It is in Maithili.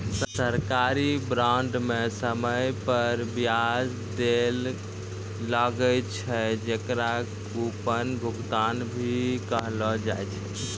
सरकारी बांड म समय पर बियाज दैल लागै छै, जेकरा कूपन भुगतान भी कहलो जाय छै